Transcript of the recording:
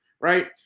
right